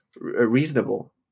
reasonable